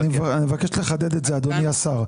אני מבקש לחדד את זה, אדוני השר.